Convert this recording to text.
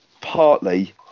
Partly